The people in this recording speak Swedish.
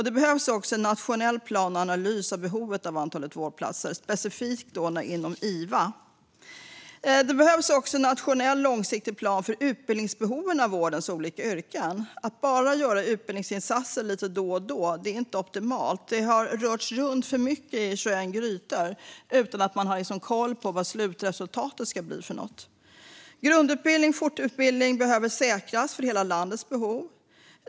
Det behövs också en nationell plan och analys av behovet av antalet vårdplatser, specifikt inom iva. Det behövs också en nationell långsiktig plan för utbildningsbehoven när det gäller vårdens olika yrken. Att bara göra utbildningsinsatser lite då och då är inte optimalt. Det har rörts runt för mycket i 21 grytor utan att man har haft koll på vad slutresultatet ska bli. Grundutbildning och fortbildning behöver säkras för hela landets behov.